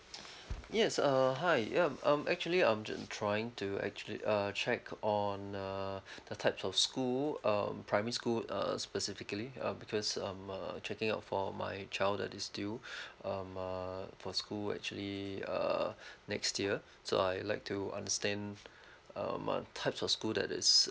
yes uh hi um I'm actually I'm ju~ trying to actually uh check on uh the types of school um primary school uh specifically uh because I'm uh checking out for my child that is due um uh for school actually uh next year so I'd like to understand um uh types of school that is